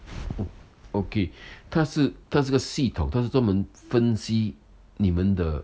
oh okay 它是它是个系统它是专们分析你们的